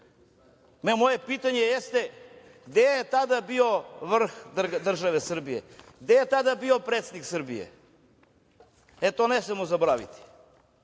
moje pitanje jeste gde je tada bio vrh države Srbije? Gde je tada bio predsednik Srbije? E, to ne smemo zaboraviti.